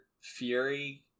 Fury